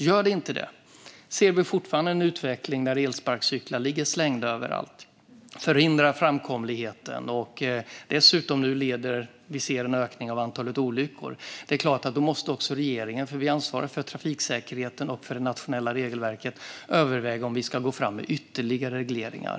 Om det inte gör det, om vi fortfarande ser en utveckling där elsparkcyklar ligger slängda överallt och förhindrar framkomligheten och om ökningen av antalet olyckor fortsätter, är det klart att regeringen - som ju ansvarar för trafiksäkerheten och det nationella regelverket - måste överväga att gå fram med ytterligare regleringar.